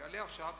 זאת אומרת,